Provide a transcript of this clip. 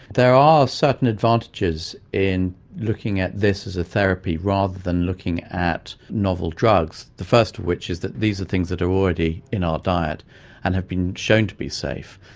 there are certain advantages in looking at this as a therapy rather than looking at novel drugs, the first of which is that these are things that are already in our diet and have been shown to be safe.